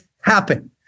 happen